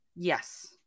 Yes